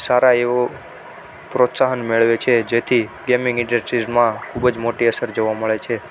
સારા એવો પ્રોત્સાહન મેળવે છે જેથી ગેમિંગ ઇન્ડસ્ટ્રીઝમાં ખૂબ જ મોટી અસર જોવા મળે છે